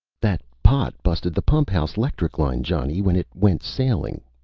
that pot busted the pump house lectric line, johnny, when it went sailing,